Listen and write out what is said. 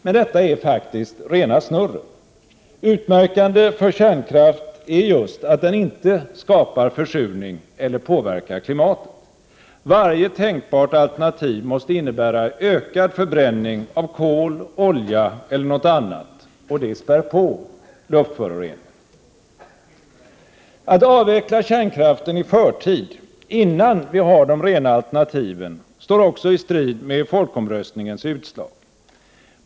Men detta är faktiskt rena snurren. Utmärkande för kärnkraft är just att den inte skapar försurning eller påverkar klimatet. Varje tänkbart alternativ måste innebära ökad förbränning av kol, olja eller något annat, och det spär på luftföroreningarna. Att avveckla kärnkraften i förtid — innan vi har de rena alternativen — står också i strid med folkomröstningens utslag.